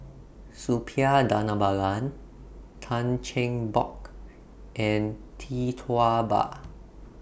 Suppiah Dhanabalan Tan Cheng Bock and Tee Tua Ba